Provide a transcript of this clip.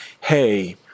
hey